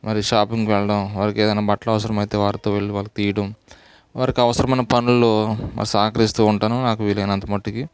మరి షాపింగ్కి వెళ్ళడం వారికి ఏదన్నా బట్టలు అవసరమైతే వారితో వెళ్ళి వాళ్ళకు తీయడం వారికి అవసరమైన పనులు సహకరిస్తూ ఉంటాను నాకు వీలైనంత మట్టుకి